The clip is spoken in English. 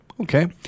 Okay